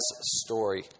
story